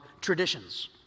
traditions